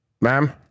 Ma'am